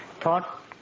Thought